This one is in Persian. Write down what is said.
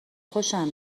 خوشم